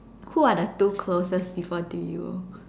who are the two closest people to you